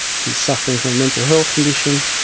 he is suffering from a mental health condition,